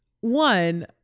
one